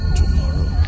tomorrow